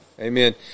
Amen